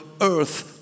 earth